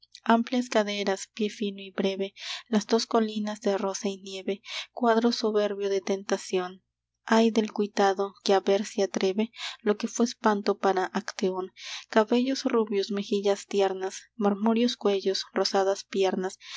amplias caderas pie fino y breve las dos colinas de rosa y nieve cuadro soberbio de tentación ay del cuitado que a ver se atreve lo que fué espanto para acteón cabellos rubios mejillas tiernas marmóreos cuellos rosadas piernas